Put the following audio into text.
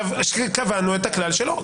קבענו את הכלל שלא.